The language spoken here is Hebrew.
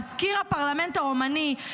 מזכיר הפרלמנט הרומני,